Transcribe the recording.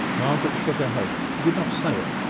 margaret shook her head. she did not say it,